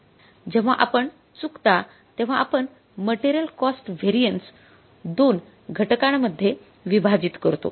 जेव्हा आपण चुकता तेव्हा आपण मटेरियल कॉस्ट व्हेरिएन्स दोन घटकांमध्ये विभाजित करतो